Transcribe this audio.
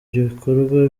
ibikorwa